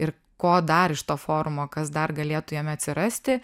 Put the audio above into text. ir ko dar iš to forumo kas dar galėtų jame atsirasti